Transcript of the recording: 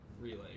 relay